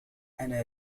أنا